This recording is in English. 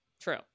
True